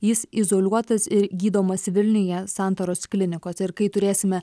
jis izoliuotas ir gydomas vilniuje santaros klinikose ir kai turėsime